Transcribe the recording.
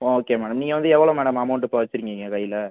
okay madam நீங்கள் வந்து எவ்வளோ மேடம் அமௌண்ட்டு இப்போ வச்சுருக்கீங்கள் கையில்